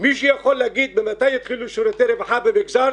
מי שיכול להגיד מתי התחילו שירותי רווחה במגזר,